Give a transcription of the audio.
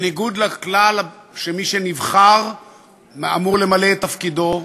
בניגוד לכלל שמי שנבחר אמור למלא את תפקידו,